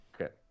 okay